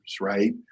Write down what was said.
right